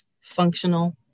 functional